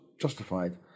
justified